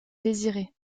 désiré